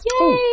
Yay